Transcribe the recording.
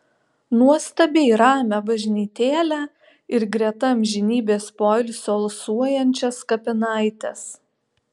nuostabiai ramią bažnytėlę ir greta amžinybės poilsiu alsuojančias kapinaites